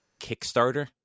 Kickstarter